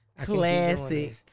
Classic